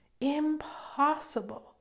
Impossible